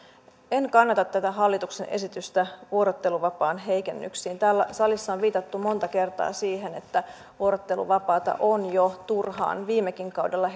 en kannata tätä hallituksen esitystä vuorotteluvapaan heikennyksistä täällä salissa on viitattu monta kertaa siihen että vuorotteluvapaata on jo turhaan viimekin kaudella